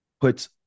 puts